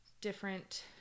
different